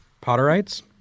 Potterites